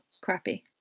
crappy